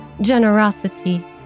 generosity